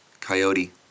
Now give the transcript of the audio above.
coyote